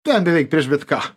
ten beveik prieš bet ką